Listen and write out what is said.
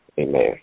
Amen